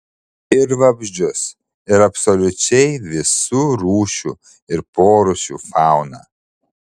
ir vabzdžius ir absoliučiai visų rūšių ir porūšių fauną